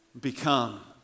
become